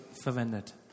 verwendet